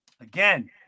again